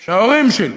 של ההורים שלי